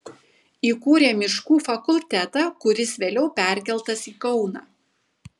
įkūrė miškų fakultetą kuris vėliau perkeltas į kauną